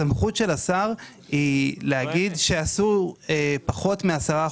הסמכות של השר היא להגיד שאסור פחות מ-10%.